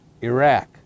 Iraq